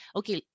okay